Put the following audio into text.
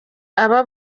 aba